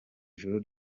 ijuru